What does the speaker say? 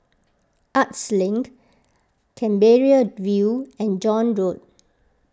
Arts Link Canberra View and John Road